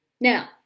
Now